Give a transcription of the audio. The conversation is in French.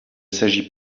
s’agit